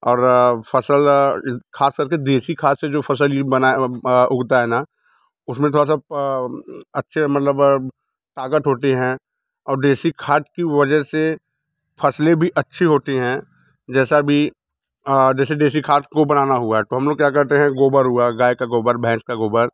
और फ़सल ख़ास कर के देसी खाद से जो फ़सल ये उगता है ना उसमें थोड़ा सा अच्छी मतलब ताक़त होती है और देसी खाद की वजह से फ़सलें भी अच्छी होती हैं जैसा भी जैसे देसी खाद को बनाना हुआ तो हम लोग क्या करते हैं गोबर हुआ गाय का गोबर भैंस का गोबर